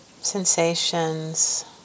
sensations